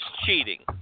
cheating